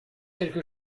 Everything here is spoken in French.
quelque